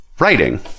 Writing